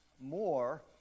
more